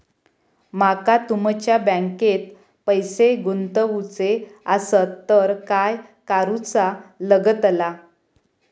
माका तुमच्या बँकेत पैसे गुंतवूचे आसत तर काय कारुचा लगतला?